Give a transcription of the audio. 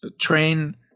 train